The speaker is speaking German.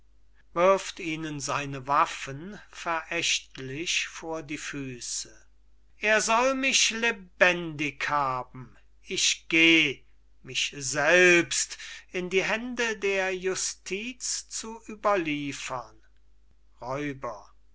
er soll mich lebendig haben ich gehe mich selbst in die hände der justiz zu überliefern räuber